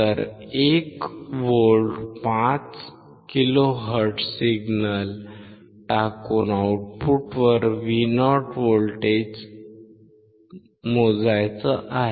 तर 1 volt 5 kilohertz signal टाकून आउटपुटवर Vo व्होल्टेज मोजायचे आहे